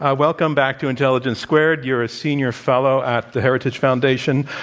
ah welcome back to intelligence squared. you're a senior fellow at the heritage foundation.